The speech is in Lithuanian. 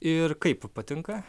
ir kaip patinka